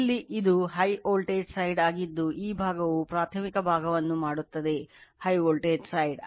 ಇಲ್ಲಿ ಇದು high voltage side ಆಗಿದ್ದು ಈ ಭಾಗವು ಪ್ರಾಥಮಿಕ ಭಾಗವನ್ನು ಮಾಡುತ್ತದೆ ಹೈ ವೋಲ್ಟೇಜ್ ಸೈಡ್